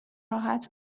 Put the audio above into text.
راحت